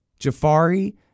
Jafari